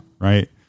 Right